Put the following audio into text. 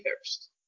first